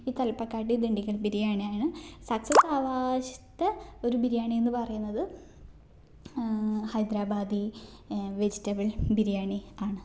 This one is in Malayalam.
ഈ തലപ്പക്കാട്ട് ദണ്ഡിക്കൽ ബിരിയാണി ആണ് സക്സസ് ആവാത്ത ഒരു ബിരിയാണി എന്ന് പറയുന്നത് ഹൈദരാബാദി വെജിറ്റബിൾ ബിരിയാണി ആണ്